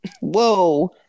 Whoa